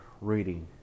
reading